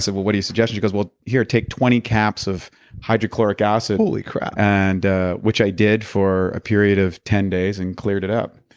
so but what do you suggest? she goes here, take twenty caps of hydrochloric acid holy crap and ah which i did for a period of ten days, and cleared it up.